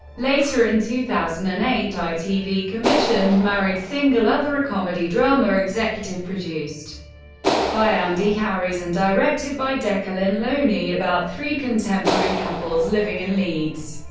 later in two thousand and eight, itv commissioned married single other, a comedy drama executive-produced by andy harries and directed by declan lowney, about three contemporary couples living in leeds.